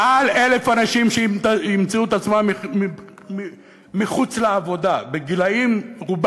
מעל 1,000 אנשים שימצאו את עצמם מחוץ לעבודה, רובם